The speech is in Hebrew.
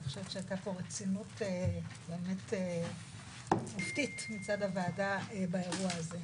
אני חושבת שהייתה פה רצינות באמת מופתית מצד הוועדה באירוע הזה.